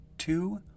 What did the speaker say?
Two